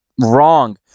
wrong